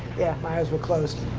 yeah. my eyes were closed.